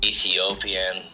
Ethiopian